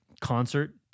concert